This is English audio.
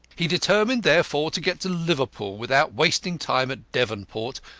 he determined therefore to get to liverpool, without wasting time at devonport,